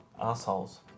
assholes